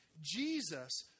Jesus